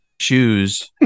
shoes